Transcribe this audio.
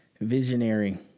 Visionary